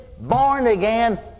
born-again